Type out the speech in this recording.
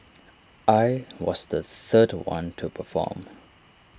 I was the third one to perform